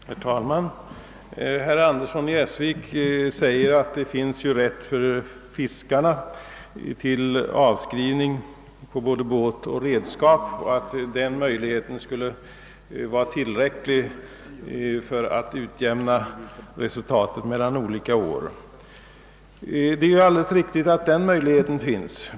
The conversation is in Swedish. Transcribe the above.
Herr talman! Herr Andersson i Essvik säger att det föreligger rätt för fiskarna till avskrivning på både båt och redskap och att dylik avskrivning skulle vara tillräcklig för att utjämna resultaten mellan olika år. Det är alldeles riktigt att den möjligheten finns.